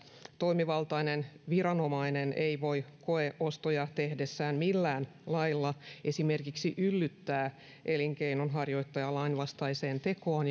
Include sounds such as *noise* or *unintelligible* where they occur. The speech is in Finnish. toimivaltainen viranomainen ei voi koeostoja tehdessään millään lailla esimerkiksi yllyttää elinkeinonharjoittajaa lainvastaiseen tekoon *unintelligible*